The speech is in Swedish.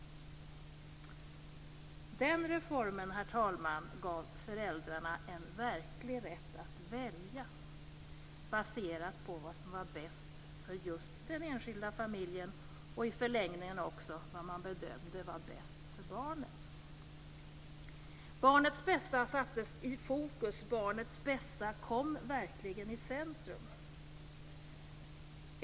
Den reformen gav, herr talman, föräldrarna en verklig rätt att välja, baserad på vad som var bäst för just den enskilda familjen och i förlängningen också vad man bedömde var bäst för barnet. Barnets bästa sattes i fokus, barnets bästa kom verkligen i centrum.